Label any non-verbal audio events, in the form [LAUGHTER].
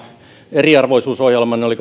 eriarvoisuusohjelmanne oli [UNINTELLIGIBLE]